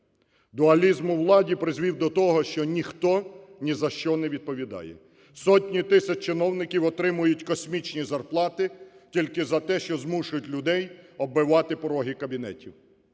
Дуалізм у владі призвів до того, що ніхто нізащо не відповідає. Сотні тисяч чиновників отримують космічні зарплати тільки за те, що змушують людей оббивати пороги кабінетів.